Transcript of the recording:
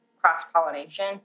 cross-pollination